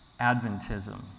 Adventism